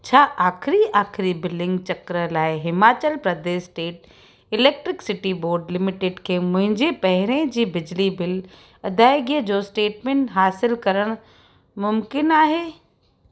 छा आख़िरी आख़िरी बिलिंग चक्र लार Himachal Pradesh state electricity board limited खे मुंहिंजे पहिरी जे बिजली बिल अदाइगीअ जो स्टेटमेंट हासिलु करणु मुमकिनु आहे